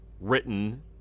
written